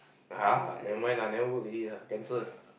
uh never mind lah never work already lah cancel